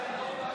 המליאה.)